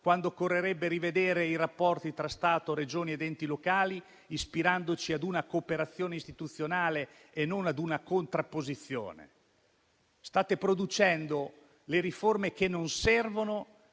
quando occorrerebbe rivedere i rapporti tra Stato, Regioni ed enti locali, ispirandoci ad una cooperazione istituzionale e non ad una contrapposizione. State producendo le riforme che non servono,